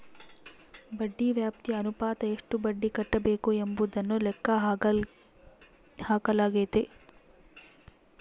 ಬಡ್ಡಿ ವ್ಯಾಪ್ತಿ ಅನುಪಾತ ಎಷ್ಟು ಬಡ್ಡಿ ಕಟ್ಟಬೇಕು ಎಂಬುದನ್ನು ಲೆಕ್ಕ ಹಾಕಲಾಗೈತಿ